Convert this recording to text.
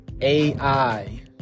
AI